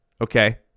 okay